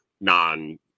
non